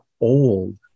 old